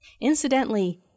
Incidentally